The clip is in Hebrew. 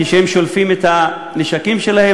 כשהם שולפים את הנשקים שלהם,